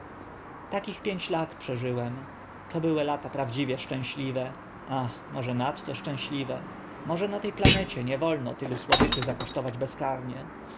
takich pięć lat przeżyłem to były lata prawdziwie szczęśliwe ach może nadto szczęśliwe może na te planecie nie wolno tylu słodyczy zakosztować bezkarnie